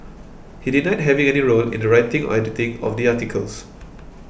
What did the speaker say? he denied having any role in the writing or editing of the articles